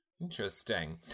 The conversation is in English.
Interesting